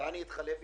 אני מנכ"ל "מודגל"